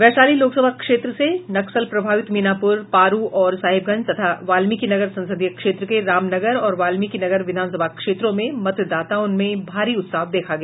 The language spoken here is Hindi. वैशाली लोकसभा क्षेत्र के नक्सल प्रभावित मीनापूर पारू और साहेबगंज तथा वाल्मीकिनगर संसदीय क्षेत्र के रामनगर और वाल्मीकिनगर विधानसभा क्षेत्रों में मतदाताओं में भारी उत्साह देखा गया